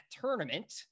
tournament